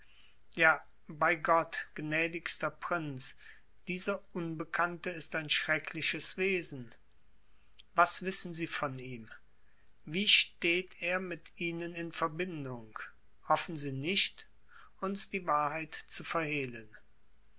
ja bei gott gnädigster prinz dieser unbekannte ist ein schreckliches wesen was wissen sie von ihm wie steht er mit ihnen in verbindung hoffen sie nicht uns die wahrheit zu verhehlen